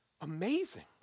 Amazing